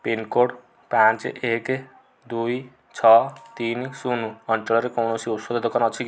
pincode ପାଞ୍ଚ ଏକ ଦୁଇ ଛଅ ତିନି ଶୂନ ଅଞ୍ଚଳରେ କୌଣସି ଔଷଧ ଦୋକାନ ଅଛି କି